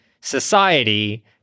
society